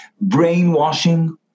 brainwashing